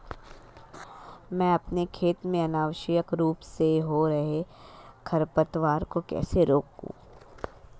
मैं अपने खेत में अनावश्यक रूप से हो रहे खरपतवार को कैसे रोकूं?